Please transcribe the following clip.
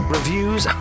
Reviews